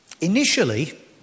Initially